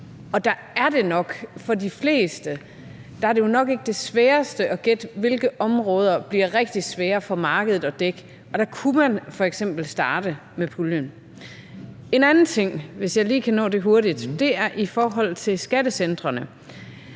Og der er det for de fleste nok ikke det sværeste at gætte, hvilke områder der bliver rigtig svære for markedet at dække, og dér kunne man f.eks. starte med puljen. En anden ting, hvis jeg lige kan nå det hurtigt, er i forhold til skattecentrene.